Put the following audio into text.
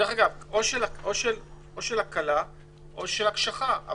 או של הקלה או של הקשחה,